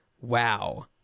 wow